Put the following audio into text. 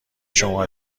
شما